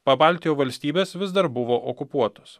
pabaltijo valstybės vis dar buvo okupuotos